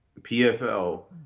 PFL